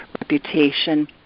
reputation